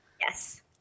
Yes